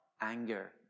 anger